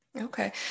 Okay